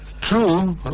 true